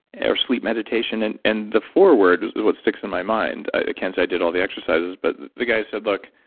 and or sleep meditation. and and the foreword is what sticks in my mind, i can't say i did all the exercise, but the guy said, look,